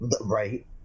right